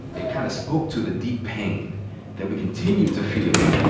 it kind of spoke to the deep pain that we continue to feel.